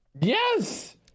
Yes